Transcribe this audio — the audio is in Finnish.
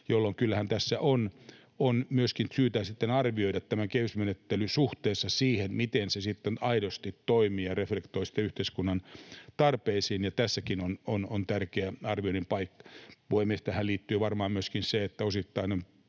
Kyllähän tässä on myöskin syytä arvioida tämä kehysmenettely suhteessa siihen, miten se sitten aidosti toimii ja reflektoi yhteiskunnan tarpeisiin, ja tässäkin on tärkeä arvioinnin paikka. Puhemies! Tähän liittyy varmaan myöskin se, että osittain